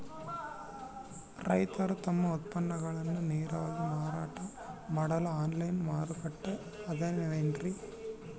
ರೈತರು ತಮ್ಮ ಉತ್ಪನ್ನಗಳನ್ನ ನೇರವಾಗಿ ಮಾರಾಟ ಮಾಡಲು ಆನ್ಲೈನ್ ಮಾರುಕಟ್ಟೆ ಅದವೇನ್ರಿ?